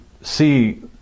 see